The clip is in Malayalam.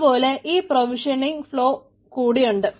അതുപോലെ ഇവിടെ പ്രൊവിഷണിങ്ങ് ഫ്ലോ കൂടി ഉണ്ട്